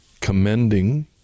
commending